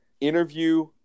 interview